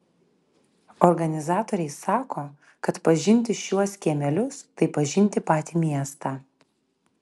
organizatoriai sako kad pažinti šiuos kiemelius tai pažinti patį miestą